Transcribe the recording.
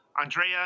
Andrea